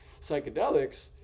psychedelics